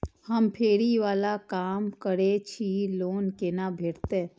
हम फैरी बाला काम करै छी लोन कैना भेटते?